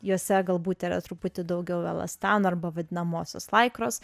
juose galbūt yra truputį daugiau elastano arba vadinamosios laikros